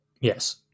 yes